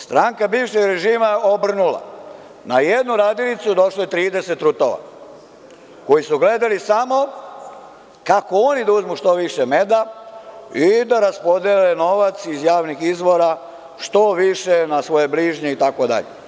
Stranka bivšeg režima je obrnula - na jednu radilicu došlo je 30 trutova, koji su gledali samo kako oni da uzmu što više meda i da raspodele novac iz javnih izvora što više na svoje bližnje itd.